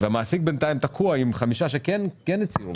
והמעסיק בינתיים תקוע עם חמישה שכן הצהירו,